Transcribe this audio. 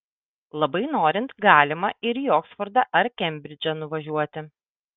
labai norint galima ir į oksfordą ar kembridžą nuvažiuoti